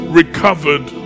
recovered